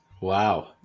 wow